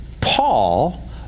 Paul